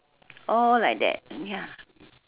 all like that ya